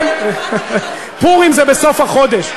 פורים בסוף החודש.